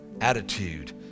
attitude